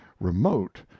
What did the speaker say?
remote